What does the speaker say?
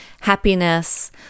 happiness